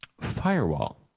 firewall